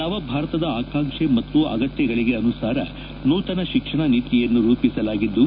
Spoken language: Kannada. ನವಭಾರತದ ಆಕಾಂಕ್ಷೆ ಮತ್ತು ಅಗತ್ಯಗಳಿಗೆ ಅನುಸಾರ ನೂತನ ಶಿಕ್ಷಣ ನೀತಿಯನ್ನು ರೂಪಿಸಲಾಗಿದ್ದು